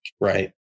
Right